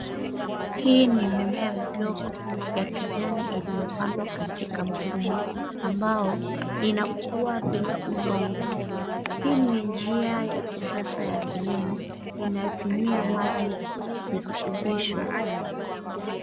Hii ni mimea midogo ya kijani iliyopandwa katika mfumo, ambao inakua bila udongo. Hii ni njia ya kisasa ya kilimo inayotumia maji ya virutubisho.